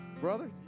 Brother